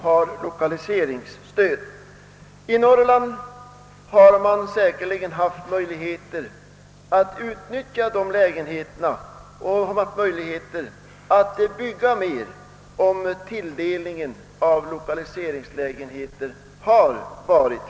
I Norrland hade det säkerligen funnits förutsättningar att bygga mer, om tilldelningen av lokaliseringslägenheter varit större.